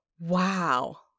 Wow